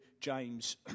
James